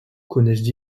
connaissent